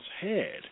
head